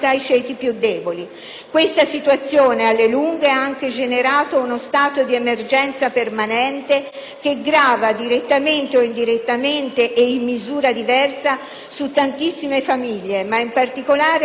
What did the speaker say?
Questa situazione, alle lunghe, ha anche generato uno stato di emergenza permanente, che grava, direttamente o indirettamente e in misura diversa, su tantissime famiglie, in particolare su quelle meno abbienti